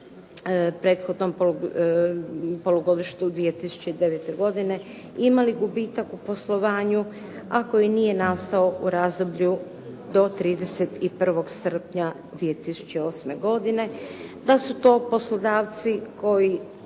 prethodnom polugodištu 2009. godine imali gubitak u poslovanju, a koji nije nastao u razdoblju do 31. srpnja 2008. godine, da ti poslodavci moraju